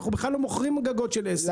אנחנו בכלל לא מוכרים גגות של עשרה,